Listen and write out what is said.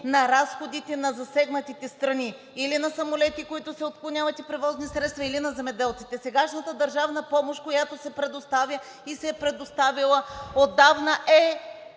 на разходите на засегнатите страни – или на самолети, които се отклоняват, и превозни средства, или на земеделците. Сегашната държавна помощ, която се предоставя и се е предоставяла отдавна, е